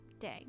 day